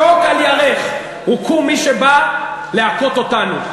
שוק על ירך הוכו מי שבאו להכות אותנו.